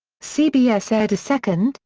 cbs aired a second,